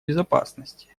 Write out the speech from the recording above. безопасности